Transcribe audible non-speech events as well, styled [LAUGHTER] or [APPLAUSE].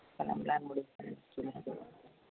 கிளம்பலான்னு முடிவு பண்ணி [UNINTELLIGIBLE]